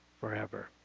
forever